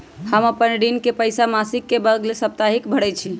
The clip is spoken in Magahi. हम अपन ऋण के पइसा मासिक के बदले साप्ताहिके भरई छी